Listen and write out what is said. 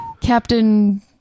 Captain